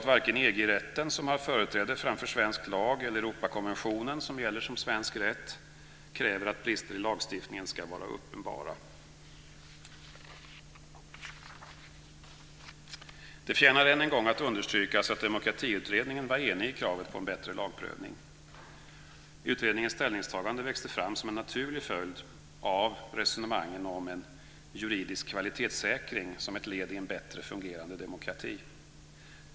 Varken EG-rätten, som har företräde framför svensk lag, eller Europakonventionen, som gäller som svensk rätt, kräver att brister i lagstiftningen ska vara uppenbara. Det förtjänar än en gång att understrykas att Demokratiutredningen var enig i kravet på en bättre lagprövning. Utredningens ställningstagande växte fram som en naturlig följd av resonemangen om en juridisk kvalitetssäkring som ett led i en bättre fungerande demokrati.